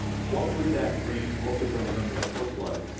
what would that range, what would those numbers look like?